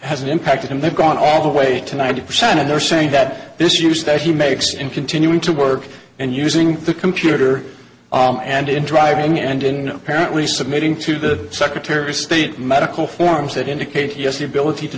has an impact and they've gone all the way to ninety percent and they're saying that this use that he makes in continuing to work and using the computer and in driving and didn't apparently submitting to the secretary of state medical forms that indicate he has the ability to